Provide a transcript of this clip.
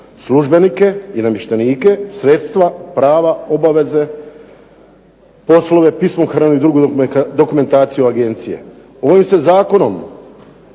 službenike i namještenike, sredstva, prava, obaveze, poslove pismohrane i druge dokumentacije agencije. Ovim se zakonskim